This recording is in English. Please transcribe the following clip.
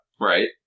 Right